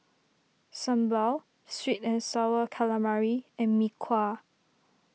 Sambal Sweet and Sour Calamari and Mee Kuah